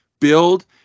build